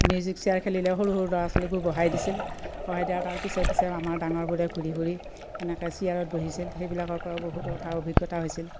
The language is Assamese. মিউজিক চেয়াৰ খেলিলে সৰু সৰু ল'ৰা ছোৱালীবোৰ বহাই দিছিল বহাই দিয়াৰ তাৰ পিছে পিছে আমাৰ ডাঙৰবোৰে ঘূৰি ফূৰি তেনেকৈ চিয়াৰত বহিছিল সেইবিলাকৰ পৰা বহুত এটা অভিজ্ঞতা হৈছিল